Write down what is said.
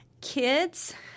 Kids